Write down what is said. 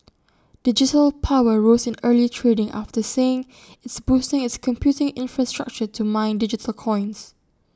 digital power rose in early trading after saying it's boosting its computing infrastructure to mine digital coins